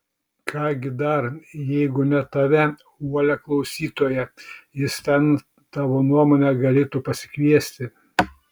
ką gi dar jeigu ne tave uolią klausytoją jis ten tavo nuomone galėtų pasikviesti